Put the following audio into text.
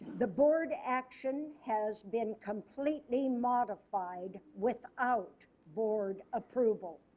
the board action has been completely modified without board approval.